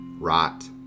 rot